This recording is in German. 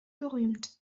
gerühmt